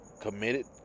committed